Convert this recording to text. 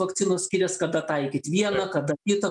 vakcinos skirias kada taikyt vieną kada kitą